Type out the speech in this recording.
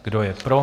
Kdo je pro?